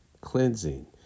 cleansing